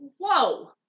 Whoa